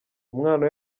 umwana